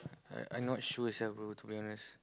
like I not sure sia bro to be honest